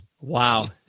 wow